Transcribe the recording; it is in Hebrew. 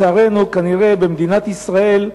לצערנו, במדינת ישראל,